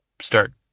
start